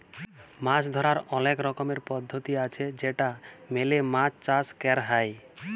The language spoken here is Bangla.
মাছ ধরার অলেক রকমের পদ্ধতি আছে যেটা মেলে মাছ চাষ ক্যর হ্যয়